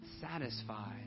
satisfied